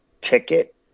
ticket